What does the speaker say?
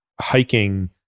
Hiking